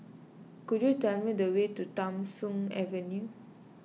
could you tell me the way to Tham Soong Avenue